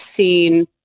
seen